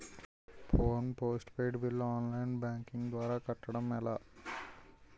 Phone postpaid bill online banking ద్వారా కట్టడం ఎలా?